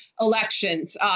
elections